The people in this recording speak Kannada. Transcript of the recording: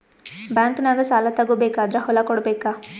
ಬ್ಯಾಂಕ್ನಾಗ ಸಾಲ ತಗೋ ಬೇಕಾದ್ರ್ ಹೊಲ ಕೊಡಬೇಕಾ?